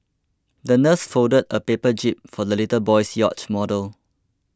the nurse folded a paper jib for the little boy's yacht model